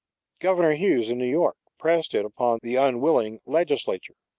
governor hughes in new york pressed it upon the unwilling legislature.